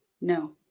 No